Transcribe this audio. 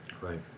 Right